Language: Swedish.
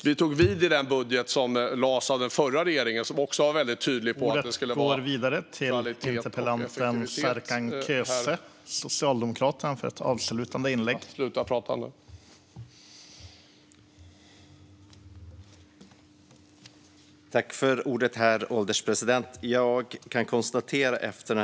Vi tog vid i den budget som den förra regeringen lade fram, och där var det också tydligt att det skulle vara kvalitet och effektivitet.